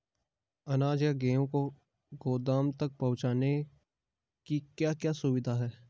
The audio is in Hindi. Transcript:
अनाज या गेहूँ को गोदाम तक पहुंचाने की क्या क्या सुविधा है?